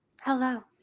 Hello